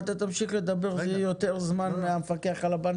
אתה תמשיך לדבר זה יהיה יותר זמן מהמפקח על הבנקים.